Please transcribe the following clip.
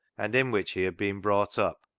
and in which he had been brought up,